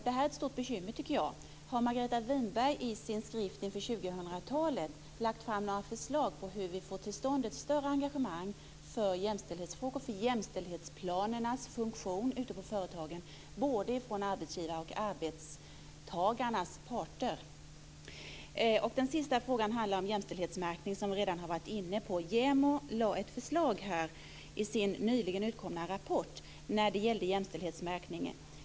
Det här är ett stort bekymmer, tycker jag. Har Margareta Winberg i sin skrift inför 2000 talet lagt fram några förslag på hur vi kan få till stånd ett större engagemang för jämställdhetsfrågor och för jämställdhetsplanernas funktion ute på företagen både från arbetsgivarnas och från arbetstagarnas parter? Den sista frågan handlar om jämställdhetsmärkning, som vi redan har varit inne på. JämO lade fram ett förslag i sin nyligen utkomna rapport om jämställdhetsmärkningen.